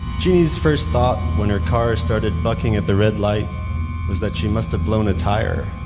genie's first thought when her car started bucking at the red light was that she must've blown a tire,